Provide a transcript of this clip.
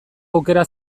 aukera